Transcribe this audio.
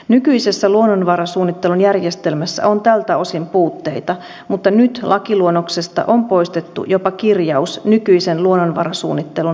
nykyisessä luonnonvarasuunnittelun järjestelmässä on tältä osin puutteita mutta nyt lakiluonnoksesta on poistettu jopa kirjaus nykyisen luonnonvarasuunnittelun säilyttämisestä